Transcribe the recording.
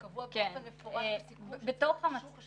וזה קבוע באופן מפורש בסיכום שצריך אישור חשב